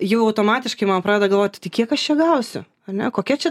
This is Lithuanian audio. jau automatiškai man pradeda galvoti tai kiek aš čia gausiu ane kokia čia